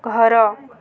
ଘର